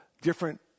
different